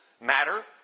matter